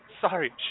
Sorry